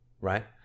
right